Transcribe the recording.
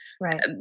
Right